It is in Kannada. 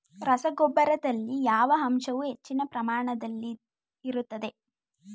ರಸಗೊಬ್ಬರದಲ್ಲಿ ಯಾವ ಅಂಶವು ಹೆಚ್ಚಿನ ಪ್ರಮಾಣದಲ್ಲಿ ಇರುತ್ತದೆ?